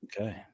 Okay